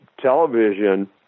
television